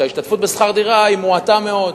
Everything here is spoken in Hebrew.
שההשתתפות בשכר-דירה היא מועטה מאוד,